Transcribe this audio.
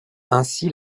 ainsi